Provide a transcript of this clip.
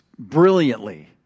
brilliantly